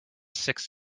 six